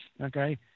okay